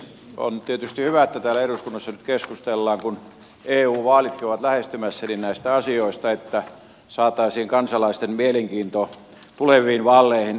on tietysti hyvä että täällä eduskunnassa nyt keskustellaan kun eu vaalitkin ovat lähestymässä näistä asioista että saataisiin kansalaisten mielenkiinto tuleviin vaaleihin lisääntymään